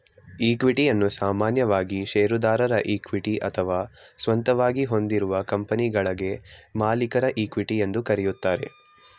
ಇಕ್ವಿಟಿಯನ್ನ ಸಾಮಾನ್ಯವಾಗಿ ಶೇರುದಾರರ ಇಕ್ವಿಟಿ ಅಥವಾ ಸ್ವಂತವಾಗಿ ಹೊಂದಿರುವ ಕಂಪನಿಗಳ್ಗೆ ಮಾಲೀಕರ ಇಕ್ವಿಟಿ ಎಂದು ಕರೆಯುತ್ತಾರೆ